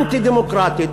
אנטי-דמוקרטית,